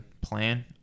plan